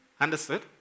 Understood